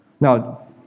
now